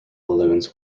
balloons